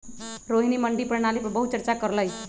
रोहिणी मंडी प्रणाली पर बहुत चर्चा कर लई